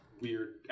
weird